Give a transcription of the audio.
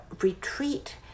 retreat